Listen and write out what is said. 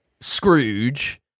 Scrooge